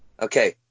Okay